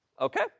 Okay